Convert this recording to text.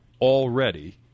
already